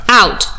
out